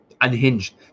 Unhinged